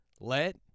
Let